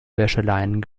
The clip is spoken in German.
wäscheleinen